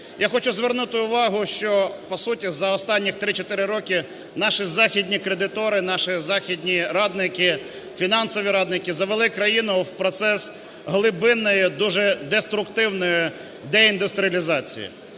Я хочу звернути увагу, що, по суті, за останніх 3-4 роки наші західні кредитори, наші західні радники, фінансові радники завели країну в процес глибинної, дуже деструктивної деіндустріалізації.